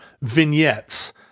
vignettes